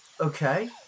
okay